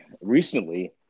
recently